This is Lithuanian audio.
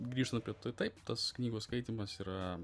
grįžtant prie to taip tas knygos skaitymas yra